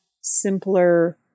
simpler